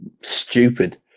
stupid